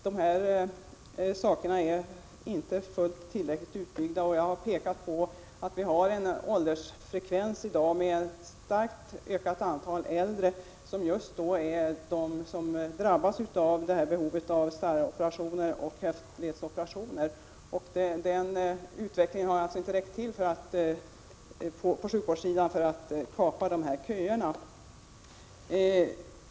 De här sakerna är inte fullt tillräckligt utbyggda. Jag har pekat på att vi i dag har en åldersfrekvens med ett starkt ökat antal äldre som just är de som drabbas av behovet av starroperationer och höftledsoperationer. Utvecklingen på sjukvårdssidan har alltså inte räckt till för att kapa köerna till sådana operationer.